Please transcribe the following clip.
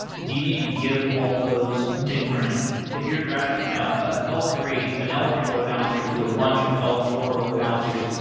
do you need to give all those different if you're routing from l ah l three, an l three load balancer to a bunch of l four load balancers,